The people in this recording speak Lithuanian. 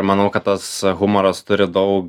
manau kad tas humoras turi daug